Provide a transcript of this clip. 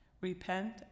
repent